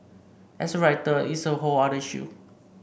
as a writer it's a whole other issue